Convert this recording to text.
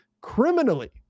criminally